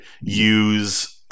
use